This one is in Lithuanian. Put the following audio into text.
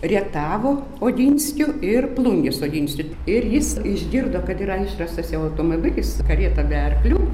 rietavo oginskių ir plungės oginskių ir jis išgirdo kad yra išrastas jau automobilis karieta be arklių